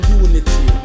unity